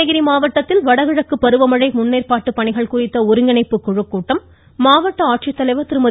நீலகிரி மாவட்டத்தில் வடகிழக்கு பருவமழை முன்னேற்பாட்டு பணிகள் குறித்த ஒருங்கிணைப்பு குழு கூட்டம் மாவட்ட ஆட்சித்தலைவா் திருமதி